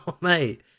mate